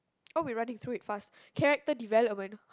oh we're running through it fast character development